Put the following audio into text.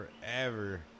forever